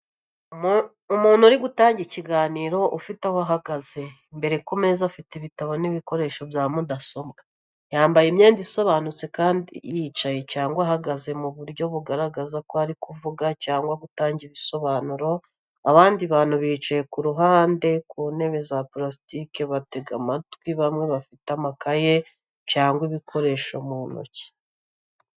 Umuntu uri gutanga ikiganiro ufite aho ahagaze, imbere ku meza afite ibitabo n’ibikoresho bya mudasobwa. Yambaye imyenda isobanutse kandi yicaye cyangwa ahagaze mu buryo bugaragaza ko ari kuvuga cyangwa gutanga ibisobanuro. Abandi bantu bicaye ku ruhande ku ntebe za purasitiki batega amatwi bamwe bafite amakayi cyangwa ibikoresho mu ntoki.